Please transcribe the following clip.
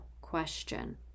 question